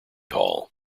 hall